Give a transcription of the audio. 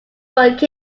work